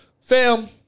fam